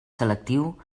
selectiu